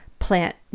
Plant